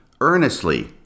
earnestly